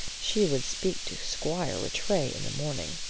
she would speak to squire rattray in the morning.